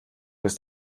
ist